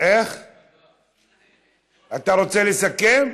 אתה רוצה לסכם?